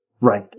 Right